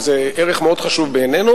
וזה ערך מאוד חשוב בעינינו.